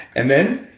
and then,